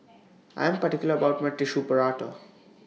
I Am particular about My Tissue Prata